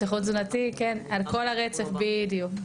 כן, על כל הרצף, בדיוק.